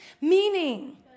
meaning